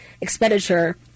expenditure